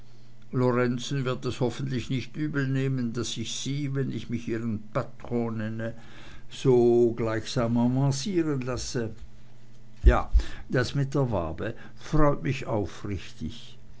lorenzen wird es hoffentlich nicht übelnehmen daß ich sie wenn ich mich ihren patron nenne so gleichsam avancieren lasse ja das mit der wabe freut mich aufrichtig